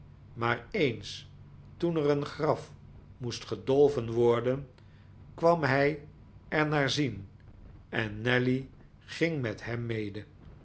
maar eens toen er een graf moest gedolven worden kwam hij er naar zien en nelly ging met hem mede